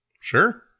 Sure